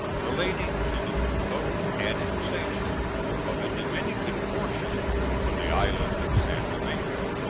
relating to the proposed annexation of the dominican portion of the island of san domingo.